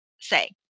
say